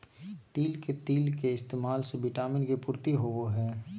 तिल के तेल के इस्तेमाल से विटामिन के पूर्ति होवो हय